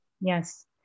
Yes